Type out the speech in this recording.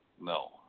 no